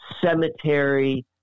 cemetery